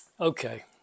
Okay